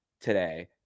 today